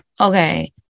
okay